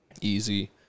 Easy